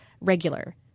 regular